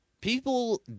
People